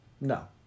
No